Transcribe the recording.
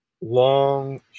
long